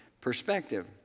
perspective